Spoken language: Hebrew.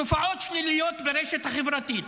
תופעות שליליות ברשת החברתית,